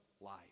life